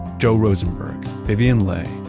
joe rosenberg, vivian le,